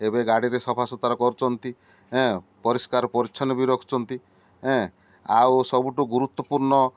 ଏବେ ଗାଡ଼ିରେ ସଫାସୁୁତୁରା କରୁଛନ୍ତି ଏଁ ପରିଷ୍କାର ପରିଚ୍ଛନ୍ନ ବି ରଖୁଛନ୍ତି ଏଁ ଆଉ ସବୁଠୁ ଗୁରୁତ୍ୱପୂର୍ଣ୍ଣ